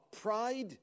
pride